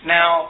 Now